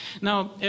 Now